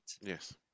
yes